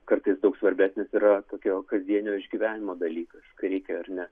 kartais daug svarbesnis yra tokio kasdienio išgyvenimo dalykas kai reikia ar ne